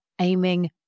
aiming